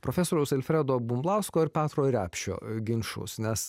profesoriaus alfredo bumblausko ir petro repšio ginčus nes